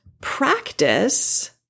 practice